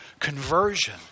conversion